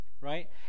Right